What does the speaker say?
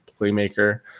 playmaker